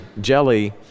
Jelly